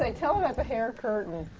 and tell them about the hair curtain.